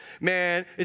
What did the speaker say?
Man